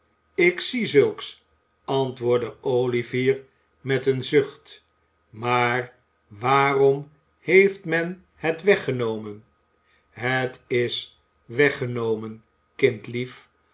ik zie zulks antwoordde olivier met een zucht maar waarom heeft men het weggenomen het is weggenomen